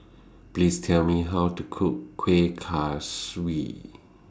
Please Tell Me How to Cook Kuih Kaswi